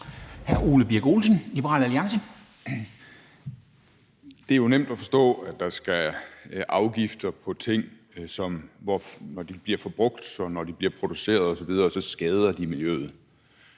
Det er jo nemt at forstå, at der skal afgifter på ting, som, når de bliver produceret, og når de bliver